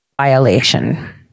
violation